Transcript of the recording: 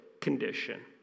condition